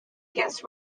against